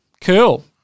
Cool